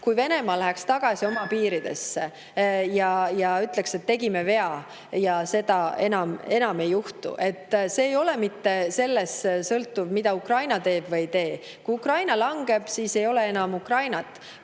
kui Venemaa läheks tagasi oma piiridesse ja ütleks, et ta tegi vea ja enam seda ei juhtu. See ei sõltu mitte sellest, mida Ukraina teeb või ei tee. Kui Ukraina langeb, siis ei ole enam Ukrainat;